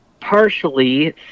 partially